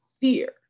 fear